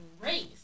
race